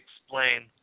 explain